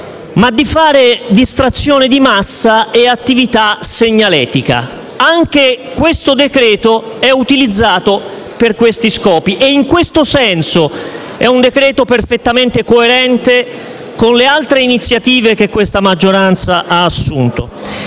ma di fare distrazione di massa e attività segnaletica. Anche il decreto-legge in esame è utilizzato per questi scopi e, in questo senso, è perfettamente coerente con le altre iniziative che questa maggioranza ha assunto.